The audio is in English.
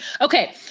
Okay